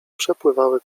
przepływały